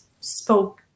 spoke